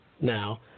Now